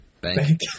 Bank